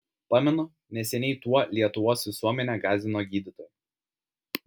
pamenu neseniai tuo lietuvos visuomenę gąsdino gydytojai